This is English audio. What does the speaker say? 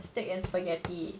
steak and spaghetti